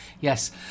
yes